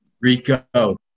Rico